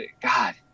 God